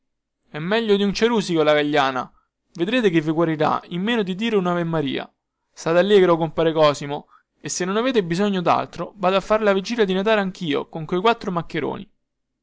è meglio di un cerusico la gagliana vedrete che vi guarirà in meno di dire unavemaria state allegro compare cosimo e se non avete bisogno daltro vado a far la vigilia di natale anchio con quei quattro maccheroni